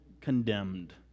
condemned